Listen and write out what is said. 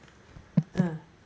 !huh!